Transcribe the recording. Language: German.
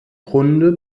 grunde